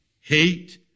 hate